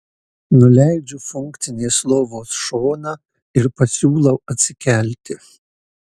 nuleidžiu funkcinės lovos šoną ir pasiūlau atsikelti